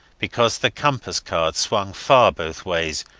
because the compass-card swung far both ways,